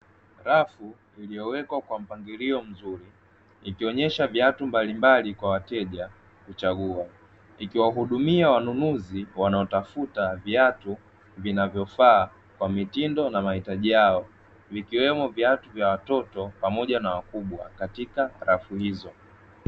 Rafu zilizowekwa kwa mpangilio mzuri, ikionyesha viatu mbalimbali kwa wateja kuchagua, ikiwahudumia wanunuzi wanaotafuta viatu vinavyofaa kwa mitindo na mahitaji yao, vikiwemo viatu vya watoto pamoja na wakubwa katika rafu hizo.